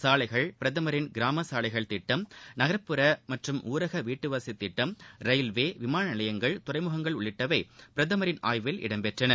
சாலைகள் பிரதமரின் கிராம சாலைகள் திட்டம் நகள்புற மற்றும் ஊரக வீட்டுவசதி திட்டம் ரயில்வே விமான நிலையங்கள் துறைமுகங்கள் உள்ளிட்டவை பிரதமின் ஆய்வில் இடம்பெற்றன